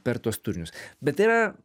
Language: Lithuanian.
per tuos turinius bet tai yra